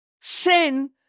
Sin